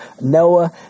Noah